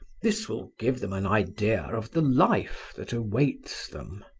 this will give them an idea of the life that awaits them!